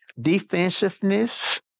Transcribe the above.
Defensiveness